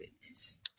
goodness